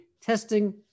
testing